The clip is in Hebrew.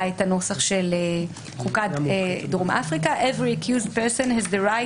את הנוסח של חוקת דרום אפריקה Every accused person has a right